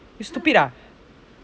stupid ah